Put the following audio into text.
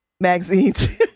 magazines